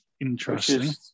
interesting